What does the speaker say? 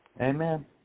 Amen